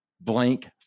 blank